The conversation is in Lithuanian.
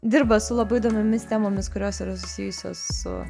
dirba su labai įdomiomis temomis kurios yra susijusios su